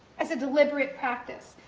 as a deliberate practice.